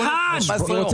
ערן,